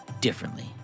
differently